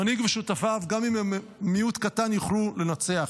המנהיג ושותפיו, גם אם הם מיעוט קטן, יוכלו לנצח.